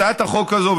הצעת החוק הזאת,